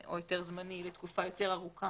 או היתר זמני לתקופה יותר ארוכה